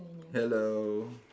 hello